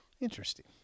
Interesting